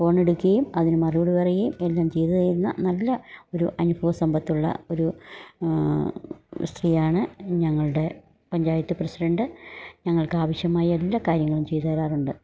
ഫോണെടുക്കുകയും അതിന് മറുപടി പറയുകയും എല്ലാം ചെയ്തുതരുന്ന നല്ല ഒരു അനുഭവസമ്പത്തുള്ള ഒരു സ്ത്രീയാണ് ഞങ്ങളുടെ പഞ്ചായത്ത് പ്രസിഡൻ്റ് ഞങ്ങൾക്കാവശ്യമായ എല്ലാ കാര്യങ്ങളും ചെയ്തുതരാറുണ്ട്